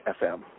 FM